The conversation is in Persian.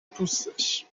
پوستش